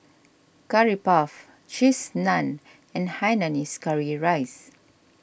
Curry Puff Cheese Naan and Hainanese Curry Rice